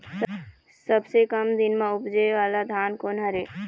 सबसे कम दिन म उपजे वाला धान कोन हर ये?